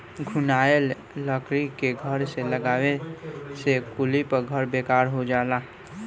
घुनाएल लकड़ी के घर में लगावे से कुली घर बेकार हो जाला